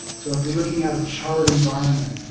so if you're looking at a charred environment,